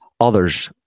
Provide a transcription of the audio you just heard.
others